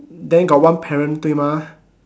then got one parent :对吗dui ma